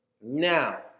now